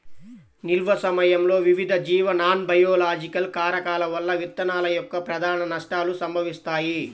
నిల్వ సమయంలో వివిధ జీవ నాన్బయోలాజికల్ కారకాల వల్ల విత్తనాల యొక్క ప్రధాన నష్టాలు సంభవిస్తాయి